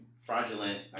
fraudulent